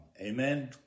amen